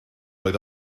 oedd